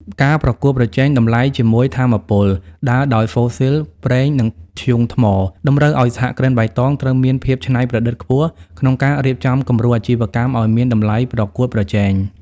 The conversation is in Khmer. ការប្រកួតប្រជែងតម្លៃជាមួយថាមពលដើរដោយហ្វូស៊ីល ប្រេង និងធ្យូងថ្ម តម្រូវឱ្យសហគ្រិនបៃតងត្រូវមានភាពច្នៃប្រឌិតខ្ពស់ក្នុងការរៀបចំគំរូអាជីវកម្មឱ្យមានតម្លៃប្រកួតប្រជែង។